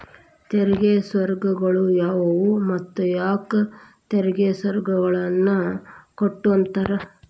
ತೆರಿಗೆ ಸ್ವರ್ಗಗಳು ಯಾವುವು ಮತ್ತ ಯಾಕ್ ತೆರಿಗೆ ಸ್ವರ್ಗಗಳನ್ನ ಕೆಟ್ಟುವಂತಾರ